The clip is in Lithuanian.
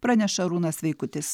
praneša arūnas vaikutis